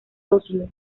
oslo